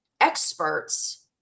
experts